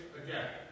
again